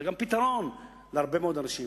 זה גם פתרון להרבה מאוד אנשים.